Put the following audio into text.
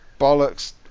bollocks